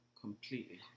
completely